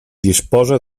disposa